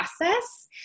process